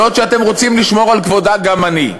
זאת שאתם רוצים לשמור על כבודה, גם אני.